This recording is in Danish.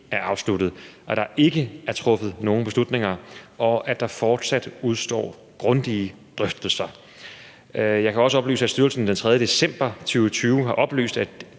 er afsluttet, at der ikke er truffet nogen beslutninger, og at der fortsat udestår grundige drøftelser. Jeg kan også oplyse, at styrelsen den 3. december 2020 har oplyst, at